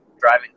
driving